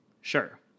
Sure